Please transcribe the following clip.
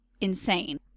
insane